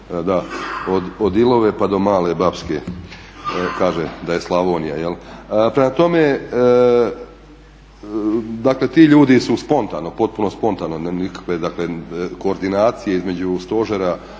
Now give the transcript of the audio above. od Ilove pa do male Bapske kaže da je Slavonija jel'. Prema tome, dakle ti ljudi su spontano, potpuno spontano nikakve dakle koordinacije između stožera